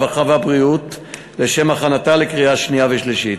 הרווחה והבריאות לשם הכנתה לקריאה שנייה ושלישית.